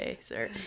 sir